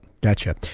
Gotcha